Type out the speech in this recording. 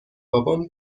بابام